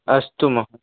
अस्तु मह्